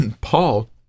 Paul